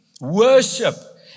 worship